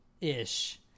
ish